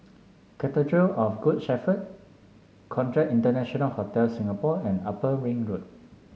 Cathedral of Good Shepherd Conrad International Hotel Singapore and Upper Ring Road